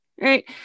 right